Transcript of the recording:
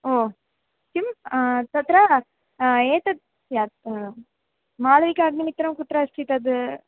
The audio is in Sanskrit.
ओ किं तत्र एतत् स्यात् मालविकाग्निमित्रं कुत्र अस्ति तद्